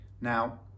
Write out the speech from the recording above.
Now